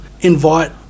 invite